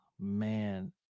man